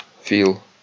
feel